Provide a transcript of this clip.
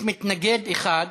מתנגד אחד.